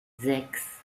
sechs